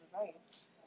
Rights